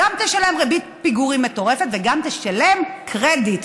גם תשלם ריבית פיגורים מטורפת וגם תשלם קרדיט,